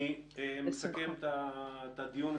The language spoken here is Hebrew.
אני מסכם את הדיון,